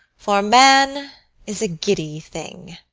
for man is a giddy thing,